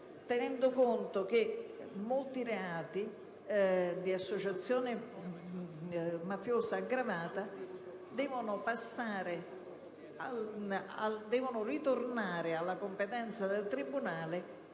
tenendo conto che molti reati di associazione mafiosa aggravata devono ritornare alla competenza del tribunale.